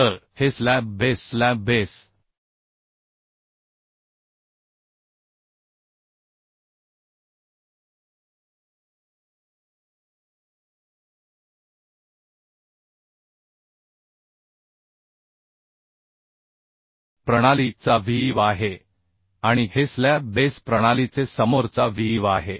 तर हे slab base slab base प्रणालीचे चा व्हीव आहे आणि हे स्लॅब बेस प्रणालीचे समोरचा व्हीव आहे